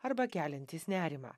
arba keliantys nerimą